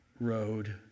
Road